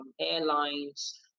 airlines